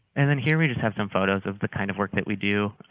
and then here we just have some photos of the kind of work that we do.